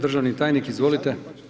Državni tajnik, izvolite.